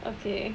okay